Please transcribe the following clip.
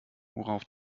worauf